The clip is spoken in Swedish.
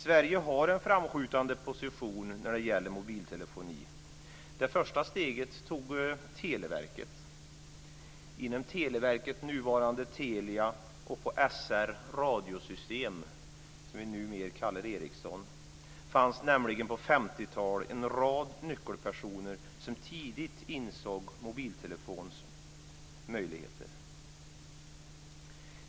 Sverige har en framskjutande position när det gäller mobiltelefoni. Det första steget tog Televerket. Inom Televerket, nuvarande Telia, och på SR Radiosystem, som vi numera kallar Ericsson, fanns nämligen på 50-talet en rad nyckelpersoner som tidigt insåg mobiltelefonins möjligheter.